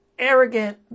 Arrogant